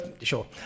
sure